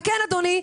וכן אדוני,